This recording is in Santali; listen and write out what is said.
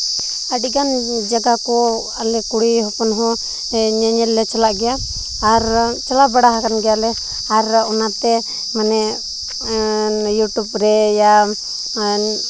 ᱟᱹᱰᱤᱜᱟᱱ ᱡᱟᱭᱜᱟ ᱠᱚ ᱟᱞᱮ ᱠᱩᱲᱤ ᱦᱚᱯᱚᱱ ᱦᱚᱸ ᱧᱮᱧᱮᱞ ᱞᱮ ᱪᱟᱞᱟᱜ ᱜᱮᱭᱟ ᱟᱨ ᱪᱟᱞᱟᱣ ᱵᱟᱲᱟ ᱟᱠᱟᱱ ᱜᱮᱭᱟᱞᱮ ᱟᱨ ᱚᱱᱟ ᱛᱮ ᱢᱟᱱᱮ ᱤᱭᱩᱴᱩᱵᱽ ᱨᱮᱭᱟ